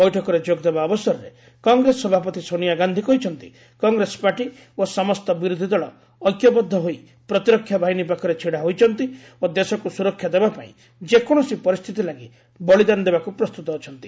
ବୈଠକରେ ଯୋଗଦେବା ଅବସରରେ କଂଗ୍ରେସ ସଭାପତି ସୋନିଆ ଗାନ୍ଧୀ କହିଛନ୍ତି କଂଗେସ ପାର୍ଟି ଓ ସମସ୍ତ ବିରୋଧୀ ଦଳ ଐକ୍ୟବଦ୍ଧ ହୋଇ ପ୍ରତିରକ୍ଷାବାହିନୀ ପାଖରେ ଛିଡା ହୋଇଛନ୍ତି ଓ ଦେଶକୁ ସୁରକ୍ଷା ଦେବାପାଇଁ ଯେକୌଣସି ପରିସ୍ଥିତି ଲାଗି ବଳିଦାନ ଦେବାକୁ ପ୍ରସ୍ତୁତ ଅଛନ୍ତି